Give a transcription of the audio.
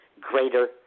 greater